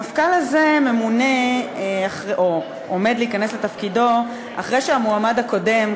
המפכ"ל הזה עומד להיכנס לתפקידו אחרי שהמועמד הקודם,